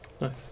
Nice